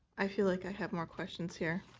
i feel like i have more questions here.